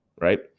right